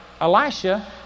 Elisha